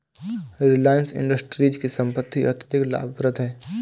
Reliance Industries की संपत्ति अत्यधिक लाभप्रद है